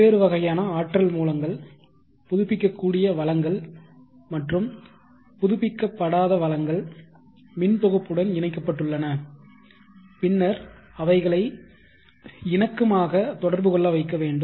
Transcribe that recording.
பல்வேறு வகையான ஆற்றல் மூலங்கள் புதுப்பிக்கக்கூடிய வளங்கள் மற்றும் புதுப்பிக்கப்படாத வளங்கள் மின் தொகுப்புடன் இணைக்கப்பட்டுள்ளன பின்னர் அவைகளை இணக்கமாக தொடர்பு கொள்ள வைக்க வேண்டும்